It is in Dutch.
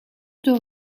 door